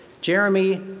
Jeremy